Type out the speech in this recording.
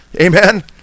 amen